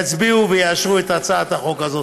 יצביעו ויאשרו את הצעת החוק הזאת.